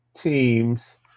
teams